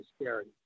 scary